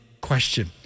question